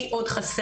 מי עוד חסרה,